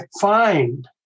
find